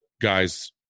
guys